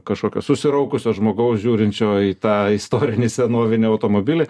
kažkokio susiraukusio žmogaus žiūrinčio į tą istorinį senovinį automobilį